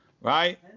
right